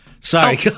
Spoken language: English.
Sorry